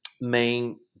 main